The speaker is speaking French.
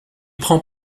prend